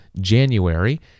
January